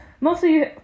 Mostly